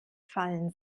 fallen